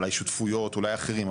אולי שותפויות אולי אחרים,